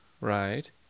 Right